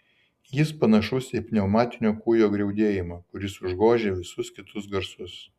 jis panašus į pneumatinio kūjo griaudėjimą kuris užgožia visus kitus garsus